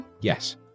Yes